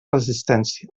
resistència